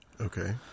Okay